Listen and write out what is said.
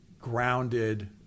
grounded